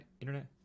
internet